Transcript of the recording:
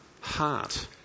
heart